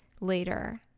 later